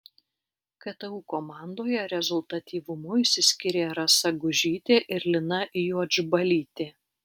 ktu komandoje rezultatyvumu išsiskyrė rasa gužytė ir lina juodžbalytė